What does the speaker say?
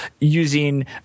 using